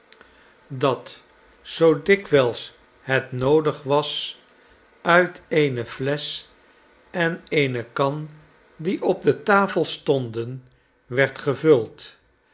dat nelly zoo dikwijls het noodig was uit eene flesch en eene kan die op de tafel stonden werd gevuld